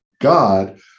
God